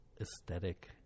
aesthetic